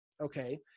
Okay